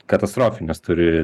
katastrofines turi